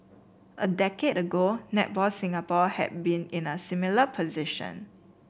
a decade ago Netball Singapore had been in a similar position